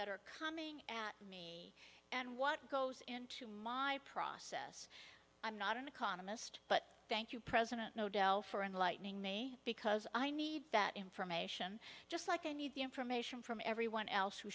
that are coming at me and what goes into my process i'm not an economist but thank you president no del for enlightening me because i need that information just like i need the information from everyone else who